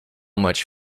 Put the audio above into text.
much